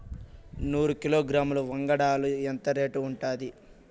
నూరు కిలోగ్రాముల వంగడాలు ఎంత రేటు ఉంటుంది?